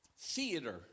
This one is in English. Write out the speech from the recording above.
theater